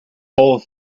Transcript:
all